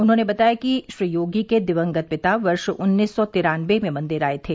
उन्होंने बताया कि श्री योगी के दिवंगत पिता वर्ष उन्नीस सौ तिरानबे में मंदिर आए थे